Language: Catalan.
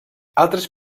altres